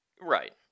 Right